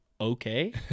okay